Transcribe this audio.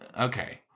Okay